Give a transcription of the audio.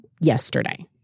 yesterday